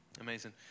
Amazing